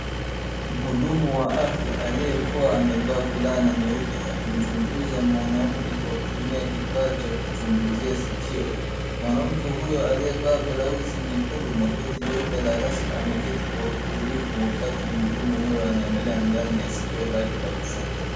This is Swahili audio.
Mhudumu wa afya aliyekuwa amevaa fulana nyeupe akimchunguza mwanamke kwa kutumia kifaa cha kuchunguzia sikio, mwanamke huyu aliyevaa blausi nyekundu na koti jeupe la rasmi ameketi kwa utulivu wakati mhudumu huyo wakati mhudumu huyo anaangalia ndani ya sikio lake la kushoto.